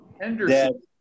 Henderson